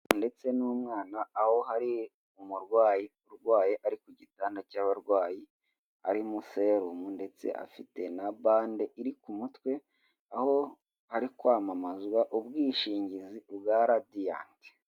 Umuganga ndetse n'umwana aho hari umurwayi urwaye ari ku gitanda cy'abarwayi, arimo serumu ndetse afite na bande iri ku mutwe, aho hari kwamamazwa ubwishingizi bwa Radiyanti.